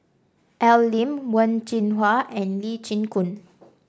Al Lim Wen Jinhua and Lee Chin Koon